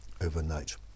overnight